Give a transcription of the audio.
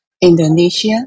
Indonesia